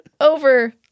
over